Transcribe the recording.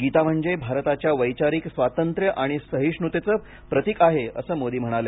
गीता म्हणजे भारताच्या वैचारिक स्वातंत्र्य आणि सहिष्णुतेचं प्रतिक आहे असं मोदी म्हणाले